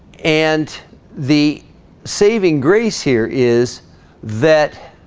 and the saving grace here is that?